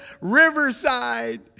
Riverside